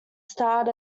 starred